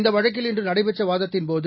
இந்த வழக்கில் இன்று நடைபெற்ற வாதத்தின்போது